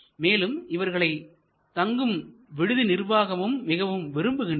மேலும் இவர்களை தங்கும் விடுதி நிர்வாகமும் மிகவும் விரும்புகின்றனர்